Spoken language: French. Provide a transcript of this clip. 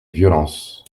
violence